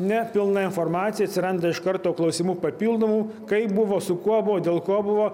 ne pilna informacija atsiranda iš karto klausimų papildomų kaip buvo su kuo buvo dėl ko buvo